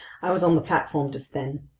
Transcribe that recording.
i was on the platform just then.